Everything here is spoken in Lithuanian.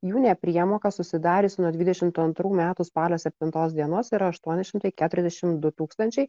jų nepriemoka susidariusi nuo dvidešimtų antrų metų spalio septintos dienos yra aštuoni šimtai keturiasdešim du tūkstančiai